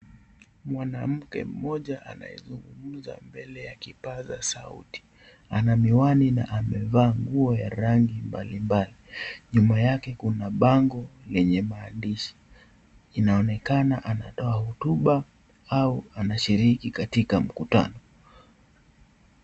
Mwanamke mmoja anayezungumza mbele ya kipaza sauti, ana miwani na amevaa nguo ya rangi mbalimbali. Nyuma yake kuna bango lenye maandishi. Inaonekana anatoa hotuba au anashiriki katika mkutano.